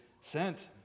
sent